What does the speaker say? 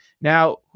now